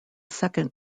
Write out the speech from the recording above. second